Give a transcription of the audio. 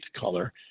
color